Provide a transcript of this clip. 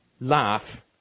laugh